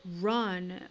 run